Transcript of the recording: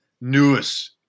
newest